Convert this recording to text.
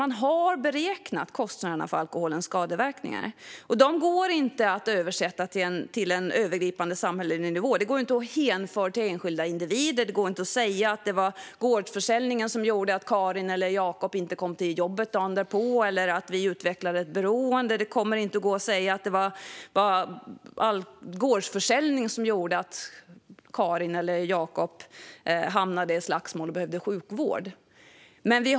Man har beräknat kostnaderna för alkoholens skadeverkningar, och de går inte att översätta till en övergripande samhällelig nivå. Det går inte att hänföra detta till enskilda individer. Det går inte att säga att det var gårdsförsäljningen som gjorde att Karin eller Jakob inte kom till jobbet dagen därpå eller att vi utvecklade ett beroende. Det går inte att säga att det var gårdsförsäljningen som gjorde att Karin eller Jakob hamnade i slagsmål och behövde sjukvård.